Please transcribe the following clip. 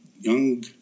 young